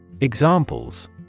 Examples